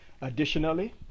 Additionally